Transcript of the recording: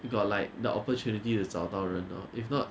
you got like the opportunity to 找到人 lor if not